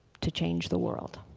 to change the world.